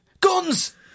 Guns